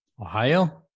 ohio